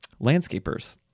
landscapers